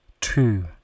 Two